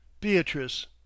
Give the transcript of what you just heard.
Beatrice